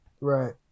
Right